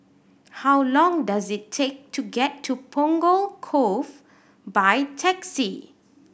how long does it take to get to Punggol Cove by taxi